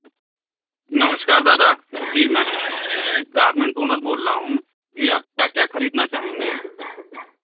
नमस्कार दादा जी मैं गारमेन्ट ऑनर बोल रहा हूँ जी आप क्या क्या खरीदना चाहेंगे